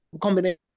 combination